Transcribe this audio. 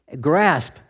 grasp